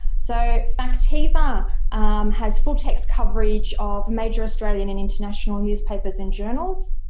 so factiva has full text coverage of major australian and international newspapers and journals,